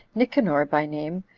nicanor by name,